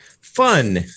Fun